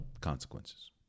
consequences